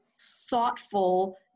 thoughtful